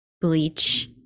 bleach